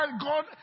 God